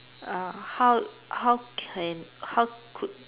how how can how could